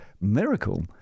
miracle